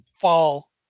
fall